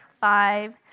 five